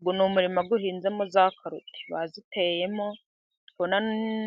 Uwo ni umurima uhinzemo karoti, baziteyemo ndikubona